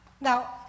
Now